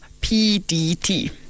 PDT